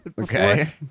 Okay